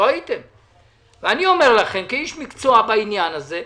אני אומר לכם כאיש מקצוע בעניין הזה,